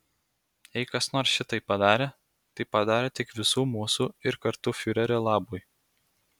jei kas nors šitai padarė tai padarė tik visų mūsų ir kartu fiurerio labui